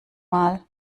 mal